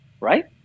Right